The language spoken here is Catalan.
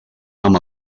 amb